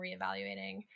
reevaluating